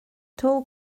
tall